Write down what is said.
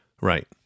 Right